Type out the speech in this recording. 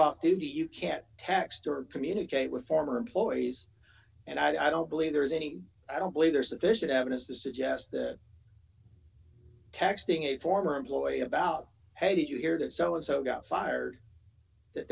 to you can't text or communicate with former employees and i don't believe there is any i don't believe there's sufficient evidence to suggest that texting a former employee about hey did you hear that so and so got fired that